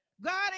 God